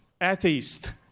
atheist